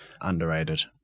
underrated